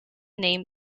name